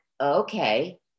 okay